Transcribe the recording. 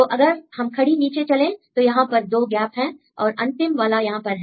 तो अगर हम खड़ी नीचे चलें तो यहां पर 2 गैप हैं और अंतिम वाला यहां पर है